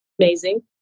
Amazing